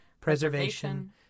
preservation